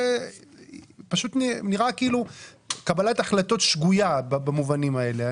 זה נראה קבלת החלטות שגויה במובנים האלה.